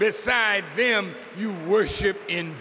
beside them you worship in